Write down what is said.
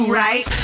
right